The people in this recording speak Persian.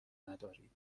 ندارید